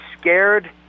scared